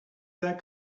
that